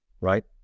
right